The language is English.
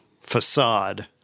facade